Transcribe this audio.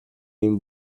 این